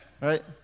right